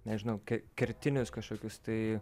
nežinau ker kertinius kažkokius tai